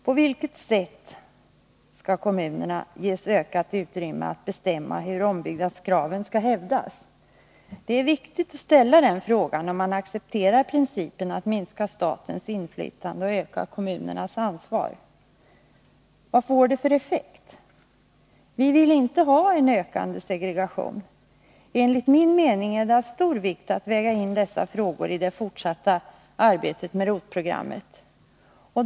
På vilket sätt skall kommunerna ges ökat utrymme att bestämma hur ombyggnadskraven skall hävdas? Det är viktigt att ställa den frågan, om man accepterar principen att minska statens inflytande och öka kommunernas ansvar. Vilken effekt får det? Vi vill inte ha en ökande segregation. Enligt min mening är det av stor vikt att väga in dessa frågor i det fortsatta arbetet med ROT-programmet.